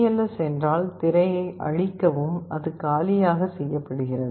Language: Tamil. cls என்றால் திரையை அழிக்கவும் அது காலியாக செய்யப்படுகிறது